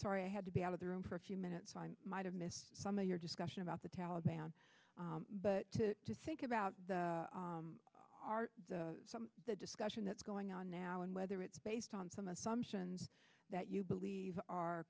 sorry i had to be out of the room for a few minutes i might have missed some of your discussion about the taliban but to think about the discussion that's going on now and whether it's based on some assumptions that you believe are